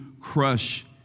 crush